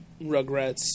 Rugrats